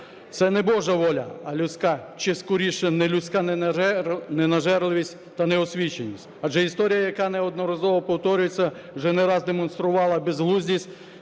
Це не божа воля, а людська чи скоріше нелюдська ненажерливість та неосвіченість. Адже історія, яка неодноразово повторюється, вже не раз демонструвала безглуздість,